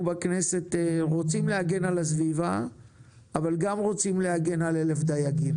אנחנו בכנסת רוצים להגן על הסביבה אבל גם רוצים להגן על 1,000 דייגים.